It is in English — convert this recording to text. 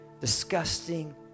disgusting